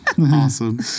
Awesome